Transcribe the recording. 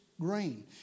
grain